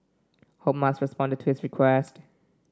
hope Musk responded to his request